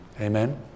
Amen